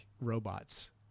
robots